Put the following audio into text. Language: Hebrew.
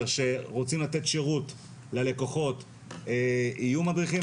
שרוצים לתת שירות ללקוחות יהיו מדריכים,